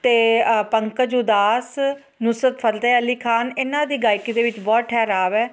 ਅਤੇ ਪੰਕਜ ਉਦਾਸ ਨੁਸਰਤ ਫਤਿਹ ਅਲੀ ਖਾਨ ਇਹਨਾਂ ਦੀ ਗਾਇਕੀ ਦੇ ਵਿੱਚ ਬਹੁਤ ਠਹਿਰਾਵ ਹੈ